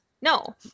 No